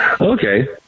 Okay